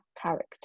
character